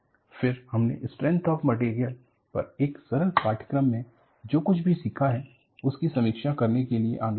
फिर हमने strength of material पर एक सरल पाठ्यक्रम में जो कुछ भी सीखा है उसकी समीक्षा करने के लिए आगे बढ़े